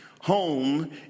Home